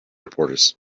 reporters